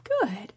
Good